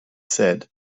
said